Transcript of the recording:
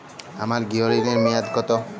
আমার গৃহ ঋণের মেয়াদ কত?